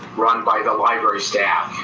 run by the library staff.